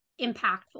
impactful